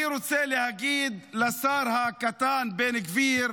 אני רוצה להגיד לשר הקטן בן גביר,